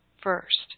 first